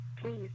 Please